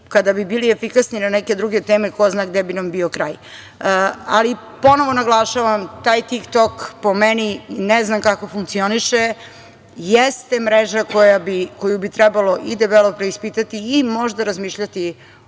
kada bi bili efikasni na neke druge teme, ko zna gde bi nam bio kraj. Ponovo naglašavam, taj „Tik-Tok“, po meni, ne znam kako funkcioniše, jeste mreža koju bi trebalo debelo preispitati i možda razmišljati